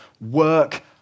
work